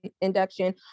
induction